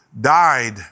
died